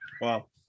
Wow